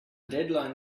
deadline